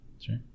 sure